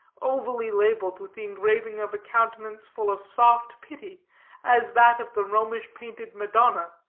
ovally labeled with the engraving of a countenance full of soft pity as that of the romish-painted madonna,